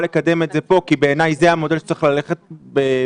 לקדם את זה כאן כי בעיני זה המודל שצריך ללכת בעקבותיו,